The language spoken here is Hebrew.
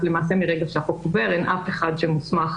אז למעשה מרגע שהחוק עובר אין אף אחד שמוסמך